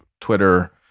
Twitter